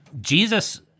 Jesus